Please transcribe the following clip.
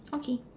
okay